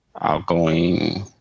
outgoing